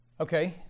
Okay